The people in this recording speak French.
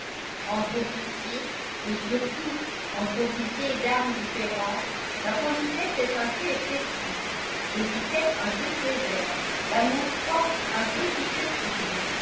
entre officiers et surtout entre officiers d'armes différentes la politesse est un peu excessive l'étiquette un peu sévère l'amour-propre un peu susceptible